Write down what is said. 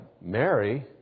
Mary